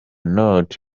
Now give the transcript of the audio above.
not